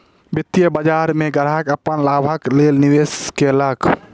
वित्तीय बाजार में ग्राहक अपन लाभक लेल निवेश केलक